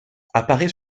apparaît